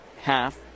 half